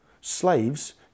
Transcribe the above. Slaves